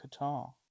Qatar